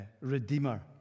Redeemer